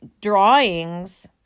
drawings